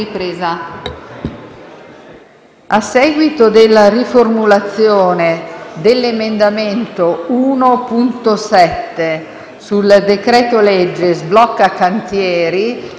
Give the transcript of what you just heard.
a seguito della riformulazione dell'emendamento 1.7 sul decreto-legge sblocca cantieri,